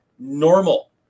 normal